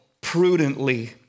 prudently